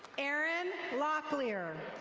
aaron locklear.